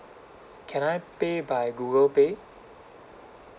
can I pay by google pay